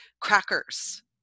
crackers